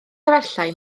efallai